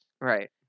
Right